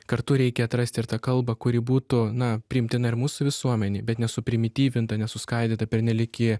kartu reikia atrasti ir tą kalbą kuri būtų na priimtina ir mūsų visuomenei bet ne suprimityvinta nesuskaidyta pernelyg į